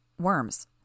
Worms